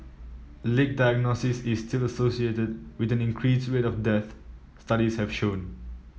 late diagnosis is still associated with an increased rate of deaths studies have shown